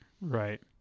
right